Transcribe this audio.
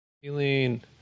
Feeling